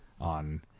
on